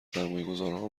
سرمایهگذارها